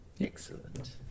Excellent